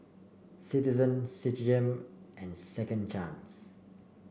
Citizen Citigem and Second Chance